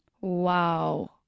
Wow